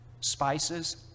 spices